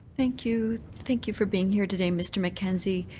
thank you thank you for being here today, mr. mackenzie.